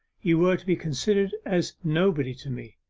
you were to be considered as nobody to me,